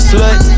Slut